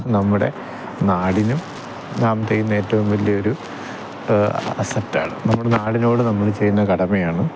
നമ്മുടെ നാടിനും നാം ചെയ്യുന്ന ഏറ്റവും വലിയ ഒരു അസ്സറ്റാണ് നമ്മുടെ നാടിനോട് നമ്മള് ചെയ്യുന്ന കടമയാണ്